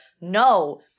no